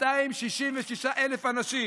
266,000 אנשים